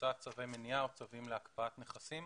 והוצאת צווי מניעה או צווים להקפאת נכסים